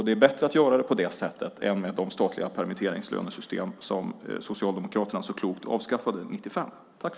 Det är bättre att göra det på det sättet än med de statliga permitteringslönesystem som Socialdemokraterna så klokt avskaffade 1995.